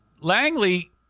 Langley